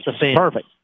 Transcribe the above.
Perfect